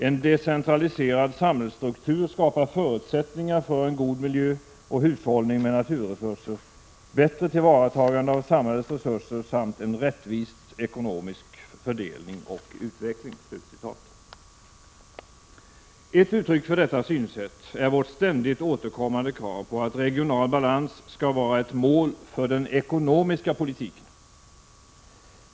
En decentraliserad samhällsstruktur skapar förutsättningar för en god miljö och hushållning med naturresurser, bättre tillvaratagande av samhällets resurser samt en rättvis ekonomisk fördelning och utveckling.” Ett uttryck för detta synsätt är vårt ständigt återkommande krav på att regional balans skall vara ett mål för den ekonomiska politiken.